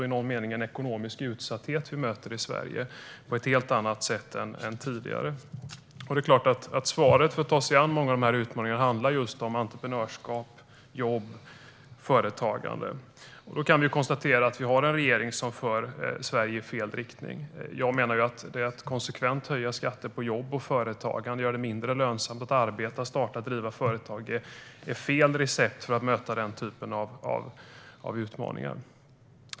I någon mening möter vi en ekonomisk utsatthet i Sverige på ett helt annat sätt än tidigare. Svaret när det gäller att ta sig an många av dessa utmaningar handlar om just entreprenörskap, jobb och företagande. Där kan vi konstatera att vi har en regering som för Sverige i fel riktning. Att konsekvent höja skatterna på jobb och företagande och göra det mindre lönsamt att arbeta och att starta och driva företag menar jag är fel recept för att möta den typen av utmaningar.